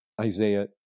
Isaiah